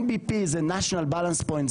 NBP זהNational Balance Point,